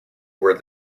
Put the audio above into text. were